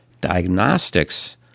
Diagnostics